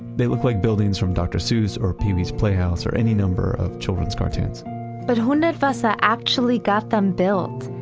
they look like buildings from dr. seuss or pee wee's playhouse or any number of children's cartoons but hundertwasser actually got them built,